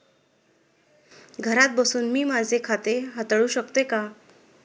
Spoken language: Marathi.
घरात बसून मी माझे खाते हाताळू शकते का?